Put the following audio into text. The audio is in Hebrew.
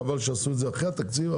חבל שעשו את זה אחרי התקציב,